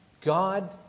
God